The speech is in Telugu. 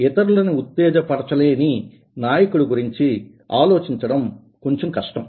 ఇతరులని ఉత్తేజపరచ లేని నాయకుడి గురించి ఆలోచించడం కొంచెం కష్టం